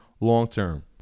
long-term